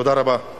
תודה רבה.